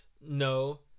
no